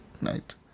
night